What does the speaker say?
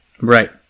Right